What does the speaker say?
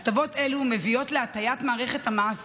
הטבות אלו מביאות להטיית מערכת המס